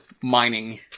mining